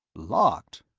locked?